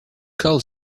call